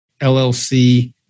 LLC